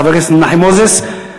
חבר הכנסת מנחם מוזס.